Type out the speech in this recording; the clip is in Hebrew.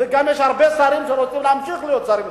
ויש גם הרבה שרים שרוצים להמשיך להיות שרים,